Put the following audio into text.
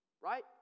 right